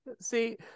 See